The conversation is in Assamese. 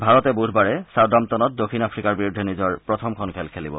ভাৰতে বুধবাৰে চাউদাম্পটনত দক্ষিণ আফ্ৰিকাৰ বিৰুদ্ধে নিজৰ প্ৰথমখন খেল খেলিব